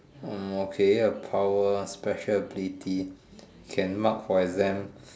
hmm okay a power special ability can mark for exam